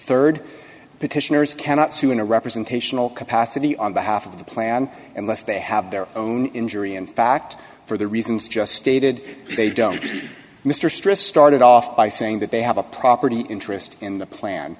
rd petitioners cannot sue in a representational capacity on behalf of the plan unless they have their own injury in fact for the reasons just stated they don't mr stress started off by saying that they have a property interest in the plan